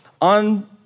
on